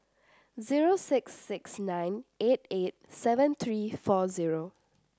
zero six six nine eight eight seven three four zero